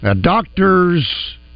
doctors